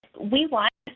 we want,